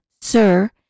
Sir